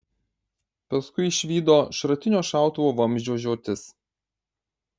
paskui išvydo šratinio šautuvo vamzdžio žiotis